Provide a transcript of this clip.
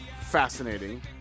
fascinating